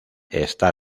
está